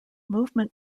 movement